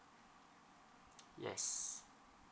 yes